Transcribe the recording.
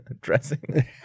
dressing